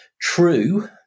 true